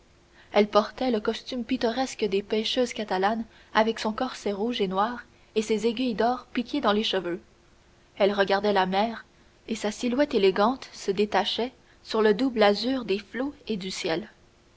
elle portait le costume pittoresque des pêcheuses catalanes avec son corset rouge et noir et ses aiguilles d'or piquées dans les cheveux elle regardait la mer et sa silhouette élégante se détachait sur le double azur des flots et du ciel